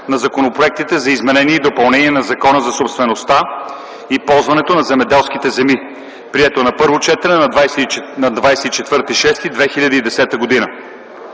на законопроектите за изменение и допълнение на Закона за собствеността и ползването на земеделските земи, приети на първо четене на